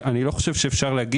לא חושב שאפשר לומר